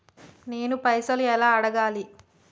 నేను పైసలు ఎలా అడగాలి?